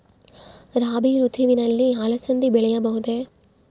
ರಾಭಿ ಋತುವಿನಲ್ಲಿ ಅಲಸಂದಿ ಬೆಳೆಯಬಹುದೆ?